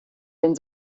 den